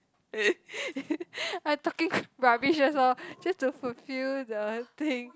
I talking rubbish that's all just to fulfill the thing